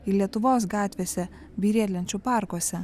ir lietuvos gatvėse bei riedlenčių parkuose